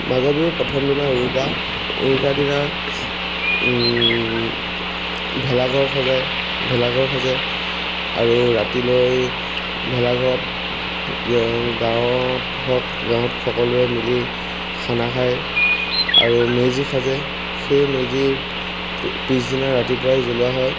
মাঘৰ বিহুৰ প্ৰথমদিনা উৰুকা উৰুকা দিনা ভেলাঘৰ সজায় ভেলাঘৰ সাজে আৰু ৰাতিলৈ ভেলাঘৰত গাঁৱত হওক গাঁৱত সকলোৱে মিলি খানা খায় আৰু মেজি সাজে সেই মেজি পিছদিনা ৰাতিপুৱাই জ্বলোৱা হয়